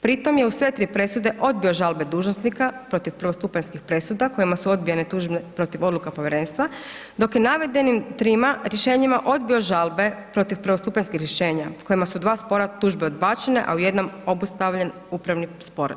Pri tome je u sve tri presude odbio žalbe dužnosnika protiv prvostupanjskih presuda kojima su odbijene tužbe protiv odluka povjerenstva dok je navedenim trima rješenjima odbio žalbe protiv prvostupanjskih rješenja kojima su dva spora tužbe odbačene a u jednom obustavljen upravni spor.